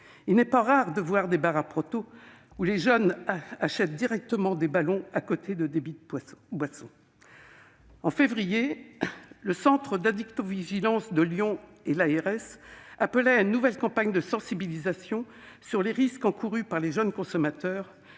Il n'est pas rare de voir des « bars à proto », où les jeunes achètent directement des ballons, à côté de débits de boissons. En février, le centre d'addictovigilance de Lyon et l'ARS Auvergne-Rhône-Alpes appelaient à une nouvelle campagne de sensibilisation sur les risques encourus par les jeunes consommateurs,